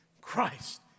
Christ